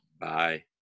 Bye